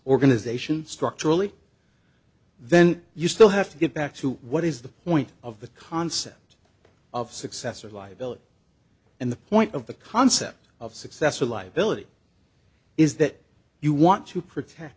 organization structurally then you still have to get back to what is the point of the concept of success or viability and the point of the concept of successful life billet is that you want to protect